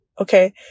Okay